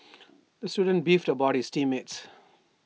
the student beefed about his team mates